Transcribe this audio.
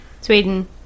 Sweden